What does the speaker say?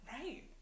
right